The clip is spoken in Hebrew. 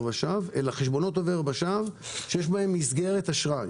ושב אלא על חשבונות עובר ושב שיש בהם מסגרת אשראי.